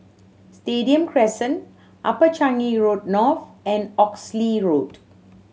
Stadium Crescent Upper Changi Road North and Oxley Road